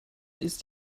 ist